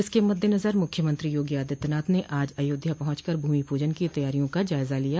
इसके मद्देनजर मुख्यमंत्री योगी आदित्यनाथ ने आज अयोध्या पहचकर भूमि पूजन की तैयारियों का जायजा लिया